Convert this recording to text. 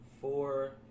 four